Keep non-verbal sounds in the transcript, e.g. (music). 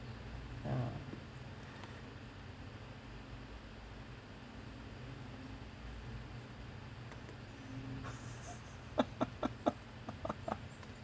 ya (laughs)